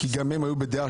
שגם הם היו בדעה